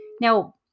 now